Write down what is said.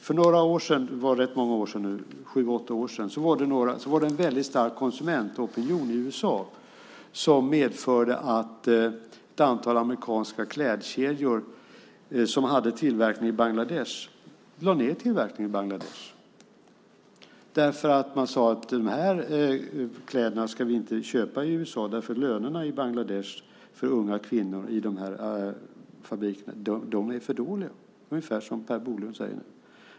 För sju åtta år sedan var det en stark konsumentopinion i USA som medförde att ett antal amerikanska klädkedjor som hade tillverkning i Bangladesh lade ned tillverkningen i Bangladesh. Man sade i USA att man inte skulle köpa de kläderna därför att lönerna för de unga kvinnorna i dessa fabriker var för låga - ungefär som Per Bolund säger nu.